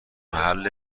محل